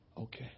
Okay